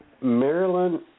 Maryland